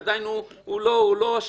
כי עדיין הוא לא אשם,